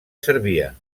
servien